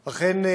אכן,